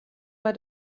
bei